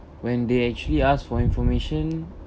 when they actually ask for information